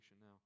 now